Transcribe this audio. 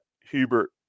Hubert